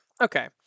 Okay